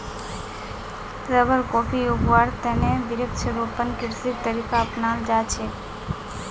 rubber, coffee उगव्वार त न वृक्षारोपण कृषिर तरीका अपनाल जा छेक